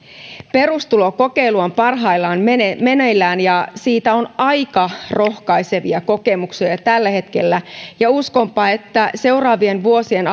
perustulokokeilu on parhaillaan meneillään ja siitä on aika rohkaisevia kokemuksia jo tällä hetkellä uskonpa että seuraavien vuosien